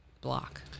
block